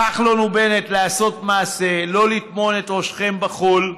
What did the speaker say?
כחלון ובנט, לעשות מעשה, לא לטמון את ראשכם בחול.